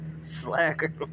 Slacker